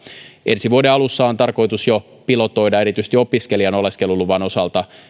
ensi vuoden alussa on tarkoitus jo pilotoida erityisesti opiskelijan oleskeluluvan osalta